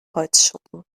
holzschuppen